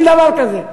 אין דבר כזה.